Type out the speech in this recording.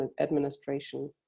administration